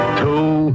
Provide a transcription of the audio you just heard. two